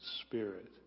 Spirit